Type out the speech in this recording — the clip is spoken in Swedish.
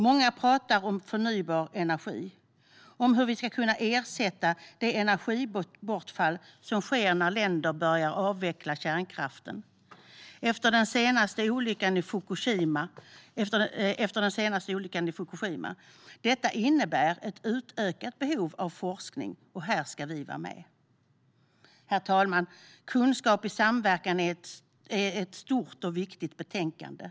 Många talar om förnybar energi och om hur vi ska kunna ersätta det energibortfall som sker när länder börjar avveckla kärnkraften efter den senaste olyckan, som inträffade i Fukushima. Detta innebär ett utökat behov av forskning, och här ska vi vara med. Herr talman! Kunskap i samverkan är ett stort och viktigt betänkande.